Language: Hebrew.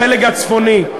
הפלג הצפוני,